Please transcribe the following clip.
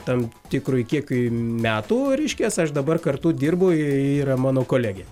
tam tikrui kiekiui metų reiškias aš dabar kartu dirbu ji yra mano kolegė